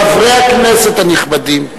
חברי הכנסת הנכבדים,